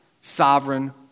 sovereign